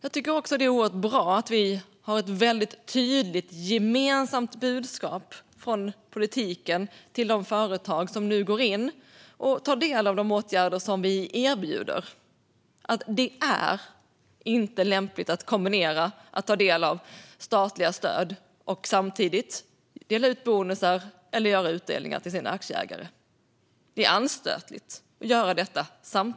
Jag tycker också att det är oerhört bra att vi har ett tydligt gemensamt budskap från politiken till de företag som nu tar del av de åtgärder som vi erbjuder att det inte är lämpligt att kombinera att ta del av statliga stöd och samtidigt dela ut bonusar eller göra utdelningar till sina aktieägare. Det är anstötligt att göra detta.